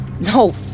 No